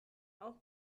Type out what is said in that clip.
auch